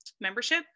membership